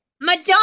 Madonna